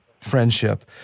friendship